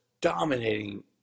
dominating –